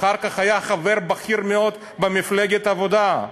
שאחר כך היה חבר בכיר מאוד במפלגת העבודה.